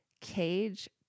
cage